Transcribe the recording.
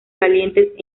calientes